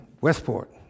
Westport